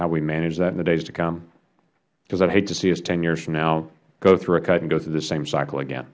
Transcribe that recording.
how we manage that in the days to come because i would hate to see us ten years from now go through a cut and go through the same cycle again